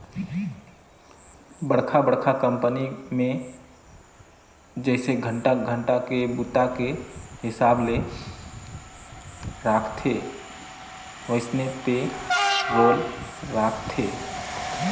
बड़खा बड़खा कंपनी मे जइसे घंटा घंटा के बूता के हिसाब ले राखथे वइसने पे रोल राखथे